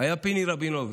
היה פיני רבינוביץ'.